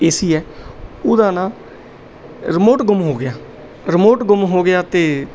ਏ C ਹੈ ਉਹਦਾ ਨਾ ਰਿਮੋਟ ਗੁੰਮ ਹੋ ਗਿਆ ਰਿਮੋਟ ਗੁੰਮ ਹੋ ਗਿਆ ਅਤੇ